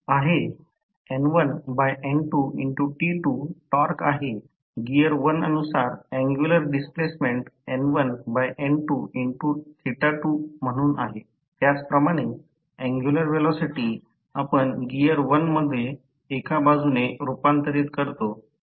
तर शेवटी दोन्ही गोष्टींचे कार्य तत्त्व समान आहे अंतिम कार्य तत्त्व समान आहे परंतु स्लीपिंग च्या सहाय्याने वाऊंड रोटर च्या बाबतीत कसे असेल